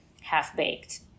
half-baked